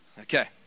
Okay